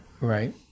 Right